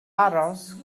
aros